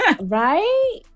Right